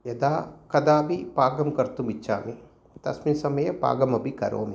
यदा कदापि पाकं कर्तुम् इच्छामि तस्मिन् समये पाकम् अपि करोमि